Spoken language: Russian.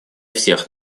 всех